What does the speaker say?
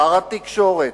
שר התקשורת,